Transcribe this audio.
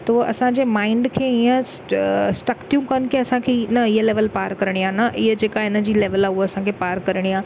उहो असांजे माईंड खे ईअं स्टक थियूं कनि की असां की न हीअ लैवल पार करिणी आहे न इहे जेका हिन जी लैवल आहे उहा असांखे पार करिणी आहे